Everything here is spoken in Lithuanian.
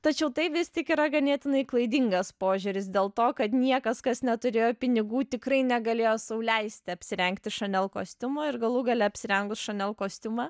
tačiau tai vis tik yra ganėtinai klaidingas požiūris dėl to kad niekas kas neturėjo pinigų tikrai negalėjo sau leisti apsirengti chanel kostiumo ir galų gale apsirengus chanel kostiumą